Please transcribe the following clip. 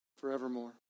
forevermore